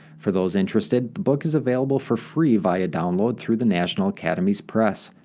for those interested, the book is available for free via download through the national academies press.